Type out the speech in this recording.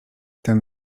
ten